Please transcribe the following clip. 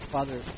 Father